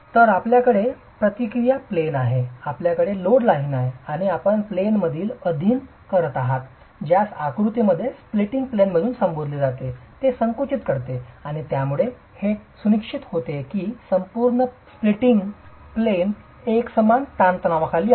तर आपल्याकडे प्रतिक्रिया प्लेन आहे आपल्याकडे लोड लाइन आहे आणि आपण प्लेन मध्ये अधीन करीत आहात ज्यास आकृतीमध्ये स्प्लिटिंग प्लेन म्हणून संबोधले जाते ते संकुचित करते आणि यामुळे हे सुनिश्चित होते की संपूर्ण स्प्लिटिंग प्लेन एकसमान ताणतणावाखाली आहे